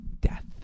death